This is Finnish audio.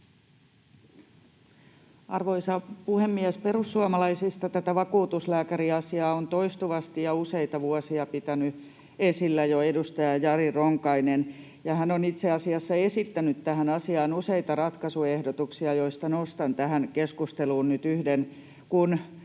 Arvoisa puhemies! Perussuomalaisista tätä vakuutuslääkäriasiaa on toistuvasti ja jo useita vuosia pitänyt esillä edustaja Jari Ronkainen, ja hän on itse asiassa esittänyt tähän asiaan useita ratkaisuehdotuksia, joista nostan tähän keskusteluun nyt yhden,